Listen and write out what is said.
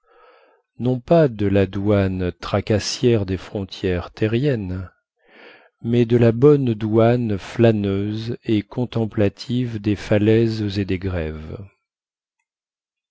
non pas de la douane tracassière des frontières terriennes mais de la bonne douane flâneuse et contemplative des falaises et des grèves